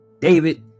david